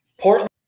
Portland